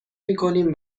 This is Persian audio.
میکنیم